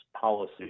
policy